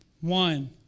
One